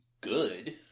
good